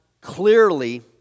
clearly